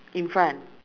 in front